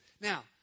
Now